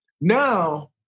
Now